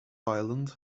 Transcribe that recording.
island